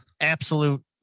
absolute